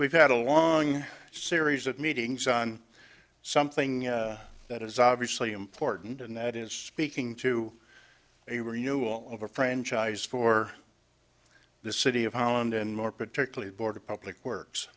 we've had a long series of meetings on something that is obviously important and that is speaking to a were you all over franchise for the city of holland and more particularly board of public works